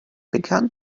began